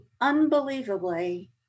unbelievably